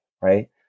Right